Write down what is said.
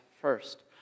first